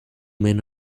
men